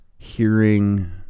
Hearing